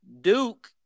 Duke